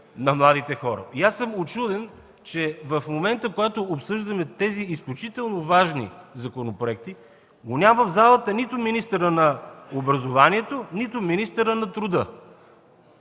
на младите хора. Учуден съм, че в момента, когато обсъждаме тези изключително важни законопроекти, в залата ги няма нито министърът на образованието, нито министърът на труда.